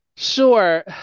Sure